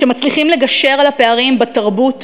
כשמצליחים לגשר על הפערים בתרבות,